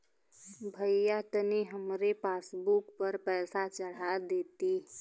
भईया तनि हमरे पासबुक पर पैसा चढ़ा देती